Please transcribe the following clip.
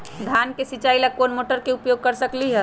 धान के सिचाई ला कोंन मोटर के उपयोग कर सकली ह?